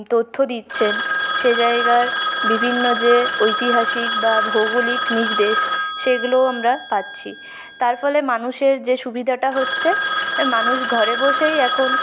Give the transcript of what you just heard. তথ্য দিচ্ছেন সে জায়গার বিভিন্ন যে ঐতিহাসিক বা ভৌগোলিক নির্দেশ সেইগুলোও আমরা পাচ্ছি তার ফলে মানুষের যে সুবিধাটা হচ্ছে মানুষ ঘরে বসেই এখন